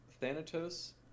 Thanatos